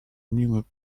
minute